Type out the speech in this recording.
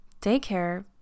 Daycare